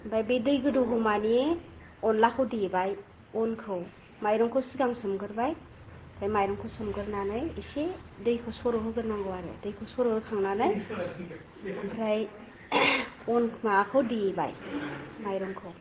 ओमफाय बे दै गोदौगौमानि अनलाखौ देबाय अनखौ माइरंखौ सिगां सोमगोरबाय ओमफाय माइरंखौ सोमगोरनानै एसे दैखौ सर'होगोरनांगौ आरो दैखौ सर'होखांनानै आमफ्राय अनखौ माबाखौ देबाय मायरंखौ